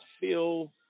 feel